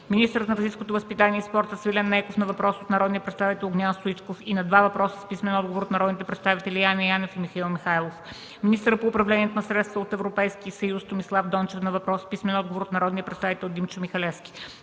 министърът на физическото възпитание и спорта Свилен Нейков – на въпрос от народния представител Огнян Стоичков, и на два въпроса с писмен отговор от народните представители Яне Янев, и Михаил Михайлов; - министърът по управление на средствата от Европейския съюз Томислав Дончев – на въпрос с писмен отговор от народния представител Димчо Михалевски.